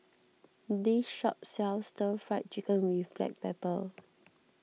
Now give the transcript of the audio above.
this shop sells Stir Fry Chicken with Black Pepper